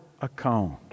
account